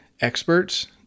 experts